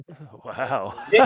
Wow